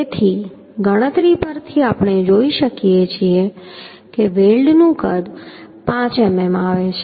તેથી ગણતરી પરથી આપણે જોઈ શકીએ છીએ કે વેલ્ડનું કદ 5 મીમી આવે છે